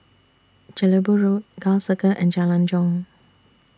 Jelebu Road Gul Circle and Jalan Jong